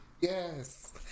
Yes